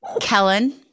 kellen